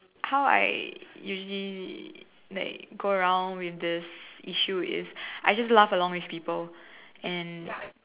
how I usually like go around with the issue is I just laugh along with people and